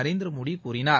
நரேந்திர மோடி கூறினார்